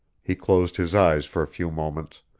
he closed his eyes for few moments,